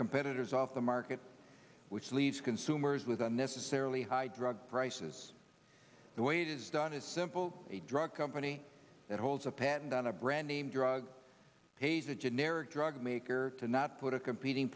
competitors off the market which leads consumers with unnecessarily high drug prices the way it is done is simple a drug company that holds a patent on a brand name drug pays a generic drug maker to not put a competing